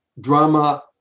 drama